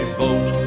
boat